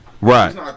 Right